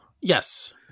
Yes